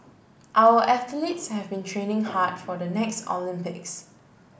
our athletes have been training hard for the next Olympics